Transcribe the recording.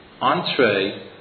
entree